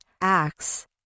acts